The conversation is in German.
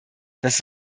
dass